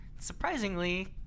Surprisingly